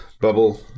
bubble